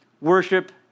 worship